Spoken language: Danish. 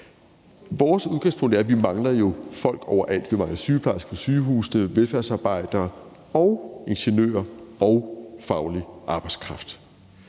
Vores udgangspunkt er jo, at vi mangler folk over alt, at vi mangler sygeplejersker på sygehusene, velfærdsarbejdere og ingeniører og faglig arbejdskraft.